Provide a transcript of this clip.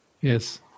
Yes